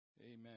Amen